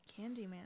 Candyman